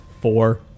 Four